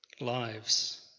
lives